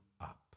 up